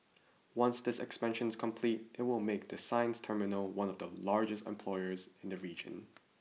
once this expansion is complete it will make the sines terminal one of the largest employers in the region